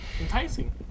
Enticing